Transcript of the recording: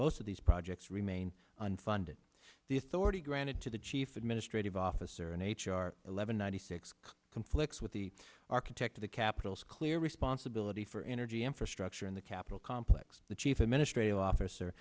most of these projects remain unfunded the authority granted to the chief administrative officer and h r eleven ninety six conflicts with the architect of the capital's clear responsibility for energy infrastructure in the capitol complex the chief administrative officer